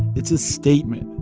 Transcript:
it's a statement.